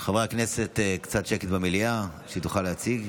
חברי הכנסת, קצת שקט במליאה, שהיא תוכל להציג.